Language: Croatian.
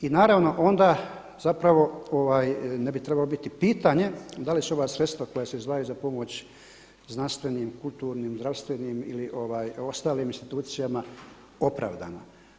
I naravno onda zapravo ne bi trebalo biti pitanje da li su ova sredstva koja se izdvajaju za pomoć, znanstvenim, kulturnim, zdravstvenim ili ostalim institucijama opravdana.